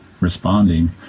responding